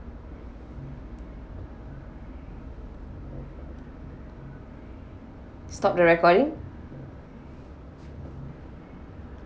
stop the recording